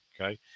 okay